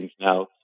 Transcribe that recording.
now